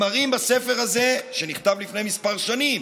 הם מראים בספר הזה, שנכתב לפני מספר שנים,